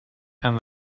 and